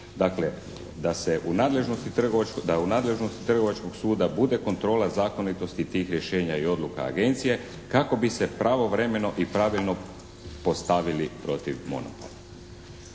da je u nadležnosti trgovačkog suda bude kontrola zakonitosti tih rješenja i odluka Agencije kako bi se pravovremeno i pravilno postavili protiv monopola.